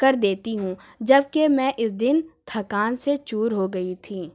کر دیتی ہوں جب کہ میں اس دن تھکان سے چور ہو گئی تھی